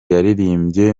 yaririmbye